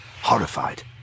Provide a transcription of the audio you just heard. horrified